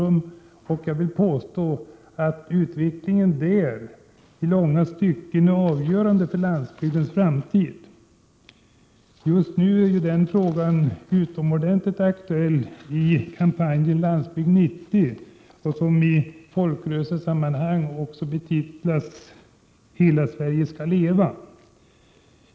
Jag vill påstå att utvecklingen på det området i långa stycken är avgörande för landsbygdens framtid. Just nu är ju den frågan utomordentligt aktuell i kampanjen Landsbygd 90, som i folkrörelsesammanhang också betitlas ”Hela Sverige skall leva”.